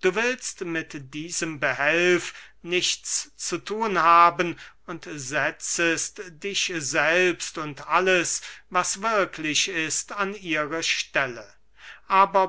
du willst mit diesem behelf nichts zu thun haben und setzest dich selbst und alles was wirklich ist an ihre stelle aber